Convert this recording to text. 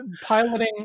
piloting